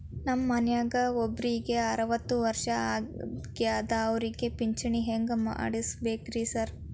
ನಮ್ ಮನ್ಯಾಗ ಒಬ್ರಿಗೆ ಅರವತ್ತ ವರ್ಷ ಆಗ್ಯಾದ ಅವ್ರಿಗೆ ಪಿಂಚಿಣಿ ಹೆಂಗ್ ಮಾಡ್ಸಬೇಕ್ರಿ ಸಾರ್?